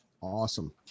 Awesome